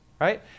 Right